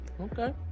okay